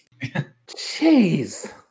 Jeez